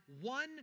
one